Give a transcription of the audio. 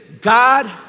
God